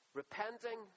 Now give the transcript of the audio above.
repenting